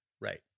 Right